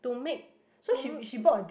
to make to m~